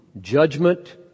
judgment